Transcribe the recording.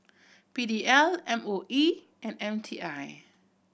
P D L M O E and M T I